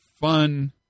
fun